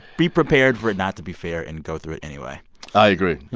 be prepared for it not to be fair, and go through it anyway i agree,